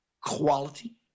quality